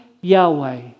Yahweh